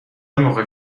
موقع